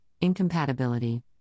incompatibility